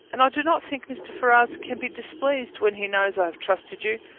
and i do not think mr. ferrars can be displeased, when he knows i have trusted you,